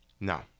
No